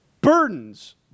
Burdens